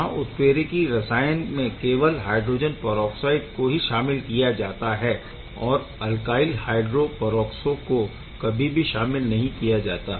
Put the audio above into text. यहाँ उत्प्रेरकी रसायन में केवल हायड्रोजन परऑक्साइड को ही शामिल किया जाता है और अल्काइल हायड्रो परऑक्सो को कभी भी शामिल नहीं किया जाता